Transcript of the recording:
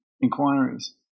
inquiries